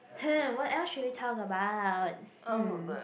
what else should we talk about hmm